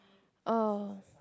oh